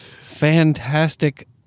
fantastic